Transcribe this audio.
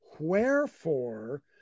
Wherefore